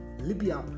Libya